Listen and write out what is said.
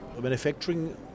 Manufacturing